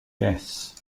guests